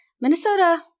Minnesota